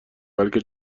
بلکه